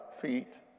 feet